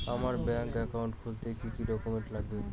আমার bank account খুলতে কি কি ডকুমেন্ট লাগবে?